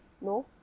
No